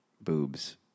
boobs